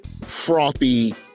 frothy